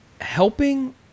helping